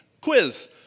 Quiz